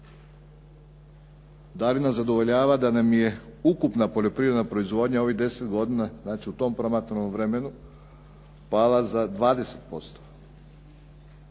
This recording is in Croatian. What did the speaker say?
Da li nas zadovoljava da nam je ukupna poljoprivredna proizvodnja ovih 10 godina, znači u tom promatranom vremenu pala za 20%.